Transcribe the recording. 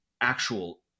actual